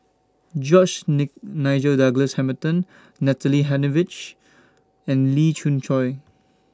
George Nigel Douglas Hamilton Natalie Hennedige and Lee Khoon Choy